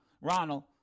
Ronald